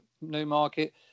Newmarket